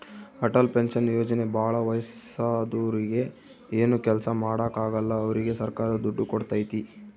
Atal pension ಯೋಜನೆ ಭಾಳ ವಯಸ್ಸಾದೂರಿಗೆ ಏನು ಕೆಲ್ಸ ಮಾಡಾಕ ಆಗಲ್ಲ ಅವ್ರಿಗೆ ಸರ್ಕಾರ ದುಡ್ಡು ಕೋಡ್ತೈತಿ